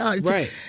Right